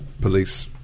police